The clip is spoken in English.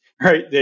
Right